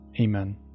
Amen